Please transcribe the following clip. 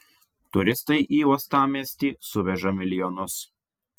turistai į uostamiestį suveža milijonus